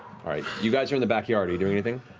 you guys are in the backyard. are you doing anything?